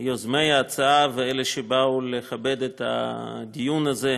יוזמי ההצעה ואלה שבאו לכבד את הדיון הזה,